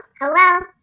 hello